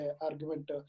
argument